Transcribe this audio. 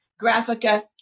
graphica